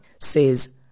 says